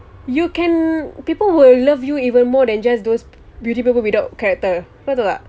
you can people will love you even more than just those beautiful without character betul tak